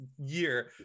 year